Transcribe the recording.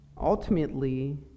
Ultimately